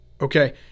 Okay